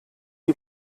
die